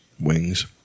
wings